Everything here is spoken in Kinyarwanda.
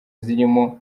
zirimo